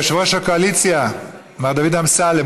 יושב-ראש הקואליציה מר דוד אמסלם,